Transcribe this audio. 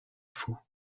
fou